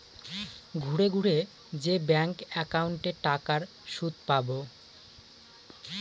ঘুরে ঘুরে যে ব্যাঙ্ক একাউন্টে টাকার সুদ পাবো